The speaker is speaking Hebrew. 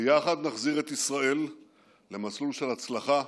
ביחד נחזיר את ישראל למסלול של הצלחה,